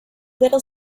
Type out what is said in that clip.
little